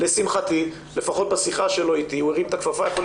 ולשמחתי לפחות בשיחה אתי הוא הרים את הכפפה ויכול